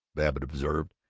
babbitt observed,